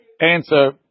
answer